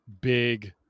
big